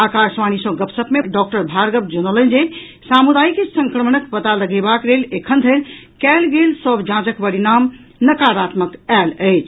आकाशवाणी सँ गपशप मे डॉक्टर भार्गव जनौलनि जे सामुदायिक संक्रमणक पता लगेबाक लेल एखन धरि कयल गेल सभ जांचक परिणाम नकारात्मक आयल अछि